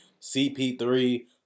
CP3